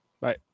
Bye